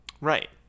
Right